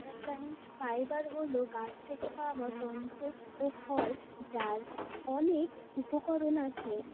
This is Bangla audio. প্লান্ট ফাইবার হল গাছ থেকে পাওয়া তন্তু ফল যার অনেক উপকরণ আছে